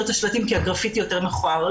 את השלטים כי הגרפיטי יותר מאוחר.